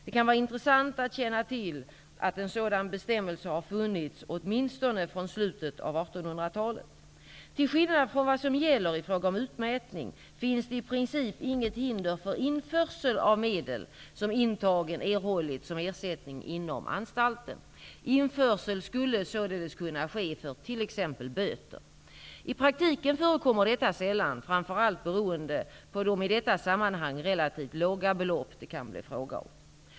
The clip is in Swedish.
Det kan vara intressant att känna till att en sådan bestämmelse har funnits åtminstone från slutet av 1800-talet. Till skillnad från vad som gäller i fråga om utmätning finns det i princip inget hinder för införsel av medel som intagen erhållit som ersättning inom anstalten. Införsel skulle således kunna ske för t.ex. böter. I praktiken förekommer detta sällan, framför allt beroende på de i detta sammanhang relativt låga belopp det kan bli fråga om.